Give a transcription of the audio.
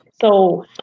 So-